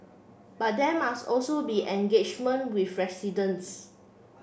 but there must also be engagement with residents